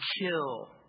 kill